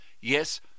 Yes